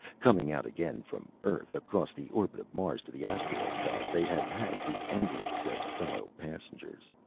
coming out again from earth, across the orbit of mars to the asteroid belt, they had had the endlichs as fellow passengers.